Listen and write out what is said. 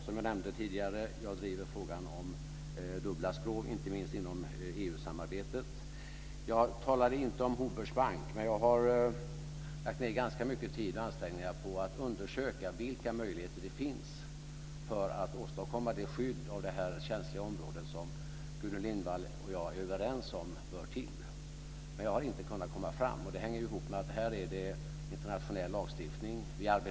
Som jag nämnde tidigare driver jag också frågan om dubbla skrov, inte minst inom Jag talar inte om Hoburgs bank, men jag har lagt ned ganska mycket tid och ansträngningar på att undersöka vilka möjligheter det finns för att åstadkomma det skydd för detta känsliga område som Gudrun Lindvall och jag är överens om bör till. Men jag har inte kunnat komma fram, och det hänger ihop med att det här är internationell lagstiftning som gäller.